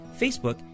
Facebook